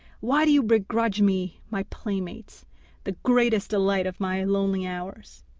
why do you begrudge me my playmates the greatest delight of my lonely hours?